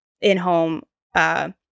in-home